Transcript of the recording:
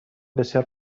بسیار